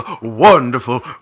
wonderful